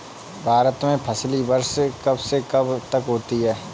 भारत में फसली वर्ष कब से कब तक होता है?